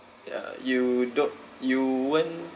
ya you don't you won't